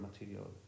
material